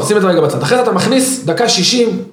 שים את זה רגע בצד אחרי אתה מכניס דקה שישים